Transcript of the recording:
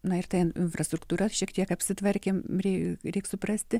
na ir ta infrastruktūrą šiek tiek apsitvarkėm rei reik suprasti